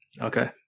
Okay